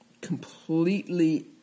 completely